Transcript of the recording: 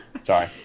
Sorry